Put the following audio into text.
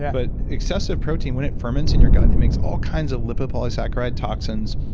but excessive protein when it ferments in your gut it makes all kinds of lipopolysaccharide toxins,